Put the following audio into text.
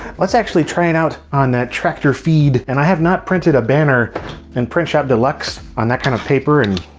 let's actually try it out on that tractor feed and i have not printed a banner in print shop deluxe on that kind of paper and